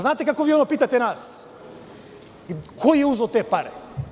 Znate kako vi ono pitate nas, ko je uzeo te pare?